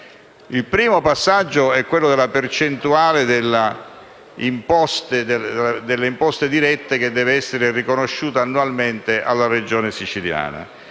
Il primo passaggio è quello della percentuale delle imposte dirette che deve essere riconosciuta annualmente alla Regione siciliana: